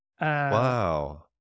Wow